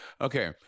Okay